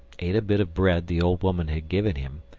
ate a bit of bread the old woman had given him,